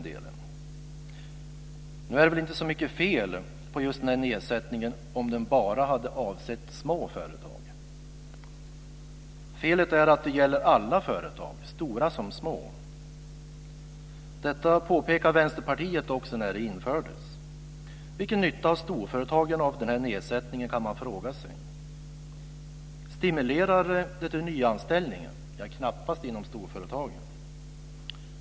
Det är väl inte så mycket fel med just den här nedsättningen, om den bara hade avsett små företag. Felet är att den gäller alla företag, stora som små. Detta påpekade Vänsterpartiet också när det infördes. Vilken nytta har storföretagen av denna nedsättning? Stimulerar den till nyanställningar? Knappast inom storföretagen.